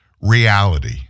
reality